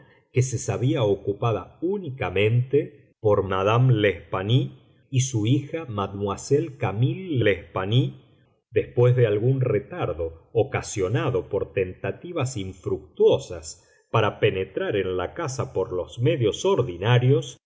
que se sabía ocupada únicamente por madame l'espanaye y su hija mademoiselle camille l'espanaye después de algún retardo ocasionado por tentativas infructuosas para penetrar en la casa por los medios ordinarios